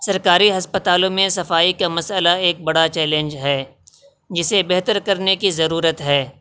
سرکاری ہسپتالوں میں صفائی کا مسئلہ ایک بڑا چیلنج ہے جسے بہتر کرنے کی ضرورت ہے